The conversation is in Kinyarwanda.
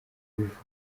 bivuga